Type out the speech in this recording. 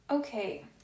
Okay